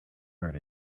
art